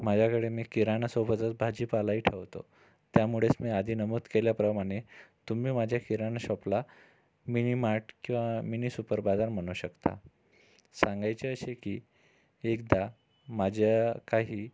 माझ्याकडे मी किराणासोबतच भाजीपालाही ठेवतो त्यामुळेच मी आधी नमूद केल्याप्रमाणे तुम्ही माझ्या किराणा शॉपला मिनीमार्ट किंवा मिनी सुपर बाजार म्हणू शकता सांगायचे असे की एकदा माझ्या काही